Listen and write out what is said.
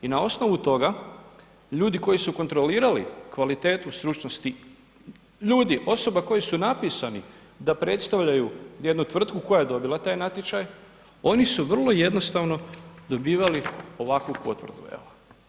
I na osnovu toga ljudi koji su kontrolirali kvalitetu stručnosti ljudi osoba koji su napisani da predstavljaju jednu tvrtku koja je dobila taj natječaj, oni su vrlo jednostavno dobivali ovakvu potvrdu, evo.